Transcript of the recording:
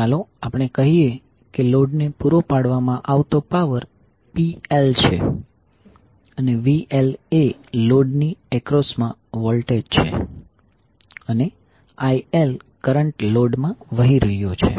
ચાલો આપણે કહીએ કે લોડને પૂરો પાડવામાં આવતો પાવર PLછે અને VL એ લોડની એક્રોસ મા વોલ્ટેજ છે અને ILકરંટ લોડમાં વહી રહ્યો છે